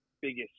biggest